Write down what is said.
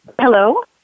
Hello